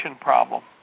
problem